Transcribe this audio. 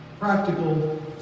practical